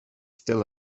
still